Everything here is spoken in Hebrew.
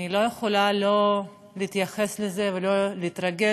אני לא יכולה לא להתייחס לזה ולא להתרגש,